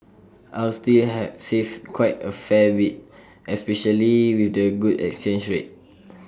I'll still have save quite A fair especially with the good exchange rate